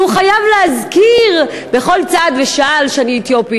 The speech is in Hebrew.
שהוא חייב להזכיר בכל צעד ושעל שאני אתיופית.